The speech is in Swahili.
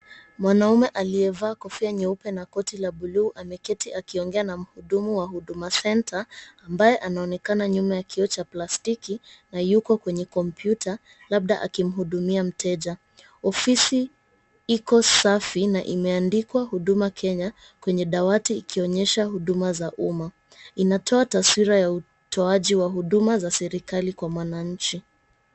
Mwanaume aliyevaa kofia nyeupe na koti ya buluu ameketi akiongea na mhudumu wa Huduma center ambaye anaonekana nyuma ya kioo cha plastiki na yuko kwenye kompyuta, labda akimhudumia mteja. Ofisi iko safi na imeandikwa "Huduma Kenya" kwenye dawati ikionyesha huduma za umma. Inatoa taswira ya utoaji wa huduma za serikali kwa mwananchi.